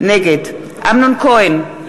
נגד אמנון כהן,